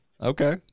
Okay